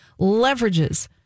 leverages